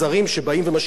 אני מלא הערכה,